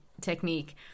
technique